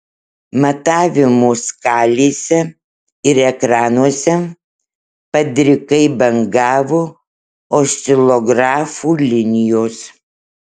matavimo skalėse ir ekranuose padrikai bangavo oscilografų linijos